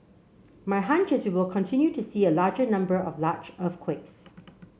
my hunch is we will continue to see a larger number of large earthquakes